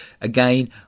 Again